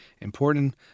important